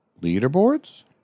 leaderboards